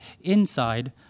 inside